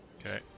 Okay